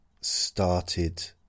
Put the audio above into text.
started